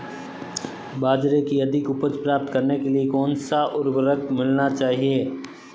बाजरे की अधिक उपज प्राप्त करने के लिए कौनसा उर्वरक मिलाना चाहिए?